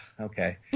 Okay